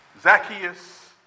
Zacchaeus